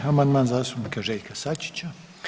36. amandman zastupnika Željka Sačića.